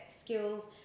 skills